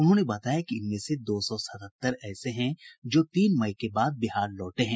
उन्होंने बताया कि इनमें से दो सौ सतहत्तर ऐसे हैं जो तीन मई के बाद बिहार लौटे हैं